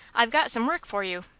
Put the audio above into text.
i've got some work for you.